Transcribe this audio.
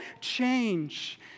change